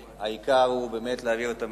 העיקר הוא באמת להעביר את המסר.